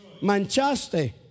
manchaste